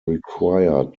required